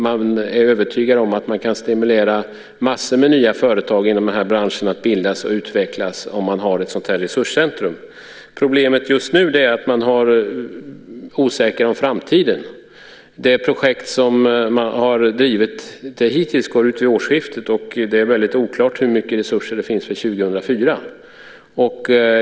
Man är övertygad om att man kan stimulera massor med nya företag inom den här branschen att bildas och utvecklas om man hade ett sådant här resurscentrum. Problemet just nu är att man är osäker om framtiden. Det projekt som man har drivit hittills går ut vid årsskiftet, och det är oklart hur mycket resurser det finns för 2004.